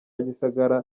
gisagara